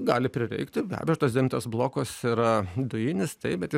gali prireikti be abejo šitas devintas blokas yra dujinis taip bet jis